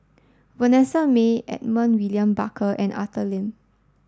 Vanessa Mae Edmund William Barker and Arthur Lim